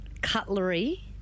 Cutlery